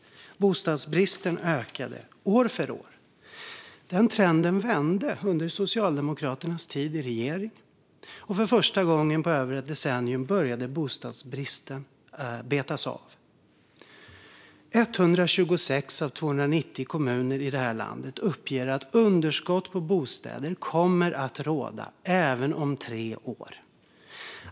Bostadsbristen ökade år för år. Den trenden vände under Socialdemokraternas tid i regering, och för första gången på över ett decennium började bostadsbristen att betas av. 126 av 290 kommuner i detta land uppger att underskott på bostäder kommer att råda även om tre år.